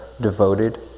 devoted